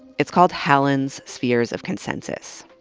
it's called hallin's spheres of consensus.